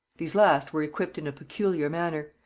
these last were equipped in a peculiar manner.